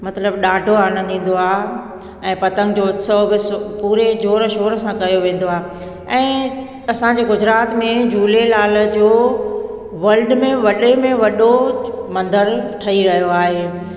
मतिलबु ॾाढो आनंदु ईंदो आहे ऐं पतंग जो उत्सव बि पूरे ज़ोर शोर सां कयो वेंदो आहे ऐं असांजे गुजरात में झूलेलाल जो वल्ड में वॾे में वॾो मंदरु ठही रहियो आहे